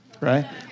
right